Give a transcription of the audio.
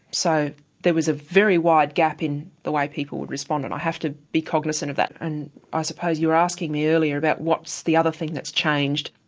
so there was a very wide gap in the way people would respond, and i have to be cognisant of that. and ah you were asking me earlier about what's the other thing that's changed-i